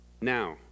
Now